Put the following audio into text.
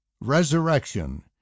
Resurrection